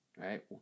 right